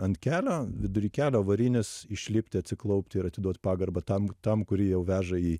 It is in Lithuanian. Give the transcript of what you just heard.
ant kelio vidury kelio avarinis išlipti atsiklaupti ir atiduot pagarbą tam tam kurį jau veža į